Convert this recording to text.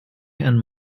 and